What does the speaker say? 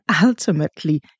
ultimately